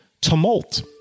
tumult